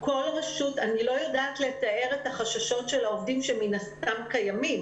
כבר צריך עכשיו להגיד שממשיכים עם המענים אחרי פסח כי זה מה שיהיה.